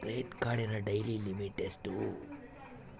Credit ಕಾರ್ಡಿನ daily limit ಎಷ್ಟು?